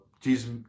Jesus